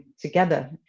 together